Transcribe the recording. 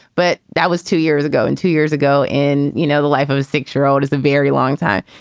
but that was two years ago and two years ago in, you know, the life of a six year old is a very long time.